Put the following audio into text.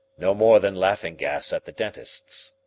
no more than laughing-gas at the dentist's.